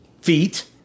feet